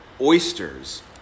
oysters